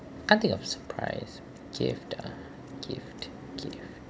can't think of surprise gift ah gift gift